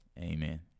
Amen